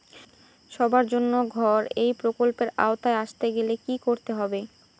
সবার জন্য ঘর এই প্রকল্পের আওতায় আসতে গেলে কি করতে হবে?